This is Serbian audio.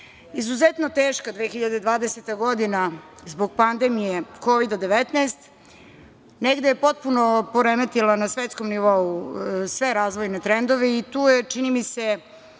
društva. Izuzetno teška 2020. godina zbog pandemije Kovida 19 negde je potpuno poremetila na svetskom nivou sve razvojne trendove i tu je, čini mi se,